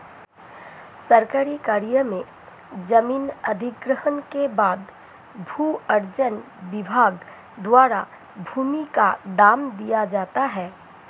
सरकारी कार्य में जमीन अधिग्रहण के बाद भू अर्जन विभाग द्वारा भूमि का दाम दिया जाता है